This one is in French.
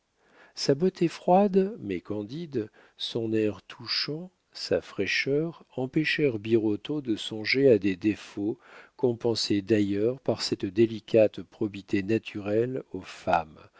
sa beauté froide mais candide son air touchant sa fraîcheur empêchèrent birotteau de songer à des défauts compensés d'ailleurs par cette délicate probité naturelle aux femmes